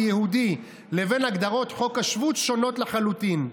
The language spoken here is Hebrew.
ליהודי לבין הגדרות חוק השבות שונות לחלוטין.